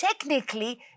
technically